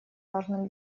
важным